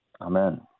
Amen